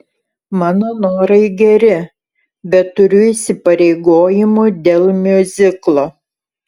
mano norai geri bet turiu įsipareigojimų dėl miuziklo